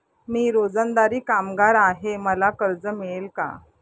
मी रोजंदारी कामगार आहे मला कर्ज मिळेल का?